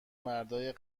مردای